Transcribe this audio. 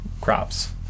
crops